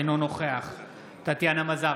אינו נוכח טטיאנה מזרסקי,